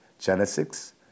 Genesis